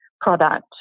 product